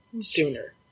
sooner